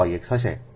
HxIx